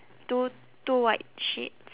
two two white sheets